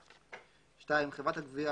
(2) חברת הגבייה,